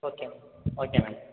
okay ma'am okay ma'am